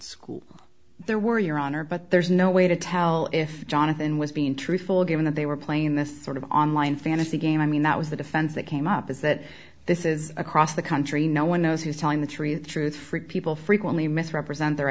school there were your honor but there's no way to tell if jonathan was being truthful given that they were playing this sort of online fantasy game i mean that was the defense that came up is that this is across the country no one knows who's telling the truth truth for people frequently misrepresent their